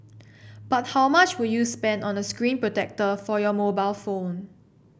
but how much would you spend on a screen protector for your mobile phone